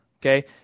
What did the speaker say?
okay